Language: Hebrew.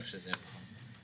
לכשזה יהיה מוכן.